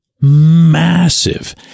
massive